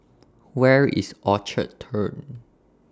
Where IS Orchard Turn